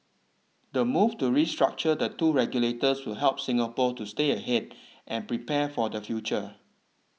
the move to restructure the two regulators that will help Singapore to stay ahead and prepare for the future